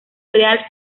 real